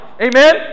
Amen